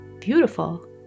Beautiful